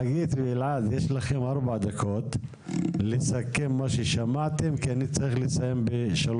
יש עדיין תקציב כדי לסבסד את ההקמה של המתקנים וההפעלה שלהם במשך מספר